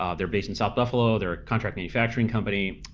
ah they're based in south buffalo, they're a contract manufacturing company,